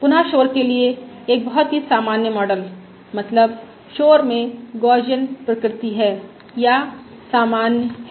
पून शोर के लिए एक बहुत ही सामान्य मॉडल मतलब शोर में Gaussian प्रकृति है या प्रासामान्य है